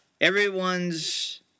everyone's